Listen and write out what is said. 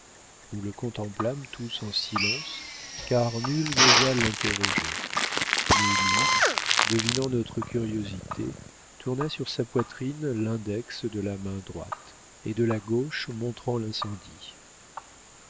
nous le contemplâmes tous en silence car nul n'osa l'interroger mais lui devinant notre curiosité tourna sur sa poitrine l'index de la main droite et de la gauche montrant l'incendie